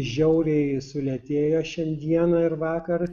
žiauriai sulėtėjo šiandieną ir vakar